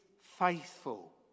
faithful